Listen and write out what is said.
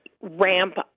ramp